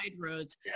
roads